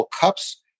cups